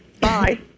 Bye